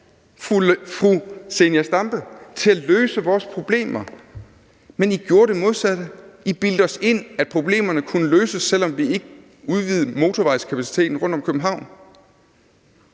fru Zenia Stampe, til at løse vores problemer, men I gjorde det modsatte, I bildte os ind, at problemerne kunne løses, selv om man ikke udvidede motorvejskapaciteten rundt om København.